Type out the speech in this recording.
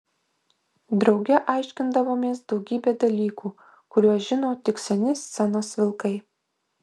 drauge aiškindavomės daugybę dalykų kuriuos žino tik seni scenos vilkai